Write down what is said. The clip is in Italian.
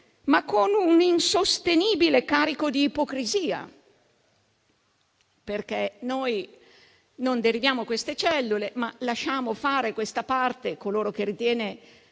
ma con un insostenibile carico di ipocrisia, perché noi non deriviamo queste cellule, ma lasciamo fare questa parte ad altri